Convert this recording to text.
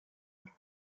york